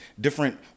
different